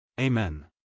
Amen